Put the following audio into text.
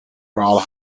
verhaal